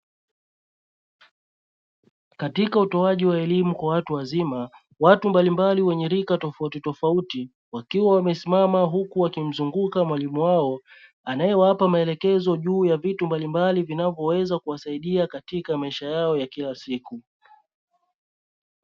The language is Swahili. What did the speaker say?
Katika utoaji wa elimu kwa watu wazima watu mbali mbali wenye rika tofauti tofauti wakiwa wamesimama huku wakimzunguka mwalimu wao anae wapa maelekezo juu ya vitu mbali mbali vinavyo weza kawasaidia katika maisha yao ya kila siku.